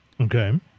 Okay